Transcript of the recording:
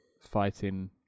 fighting